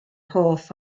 hoff